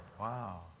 Wow